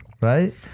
Right